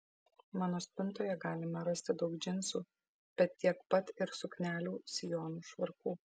mano spintoje galime rasti daug džinsų bet tiek pat ir suknelių sijonų švarkų